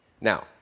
Now